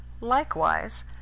Likewise